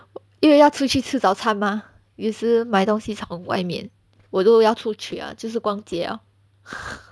因为要出去吃早餐 mah 有时买东西从外面我都要出去 ah 就是逛街了